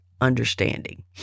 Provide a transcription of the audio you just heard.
understanding